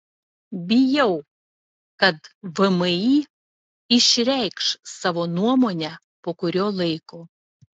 bijau kad vmi išreikš savo nuomonę po kurio laiko